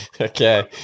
okay